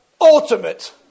ultimate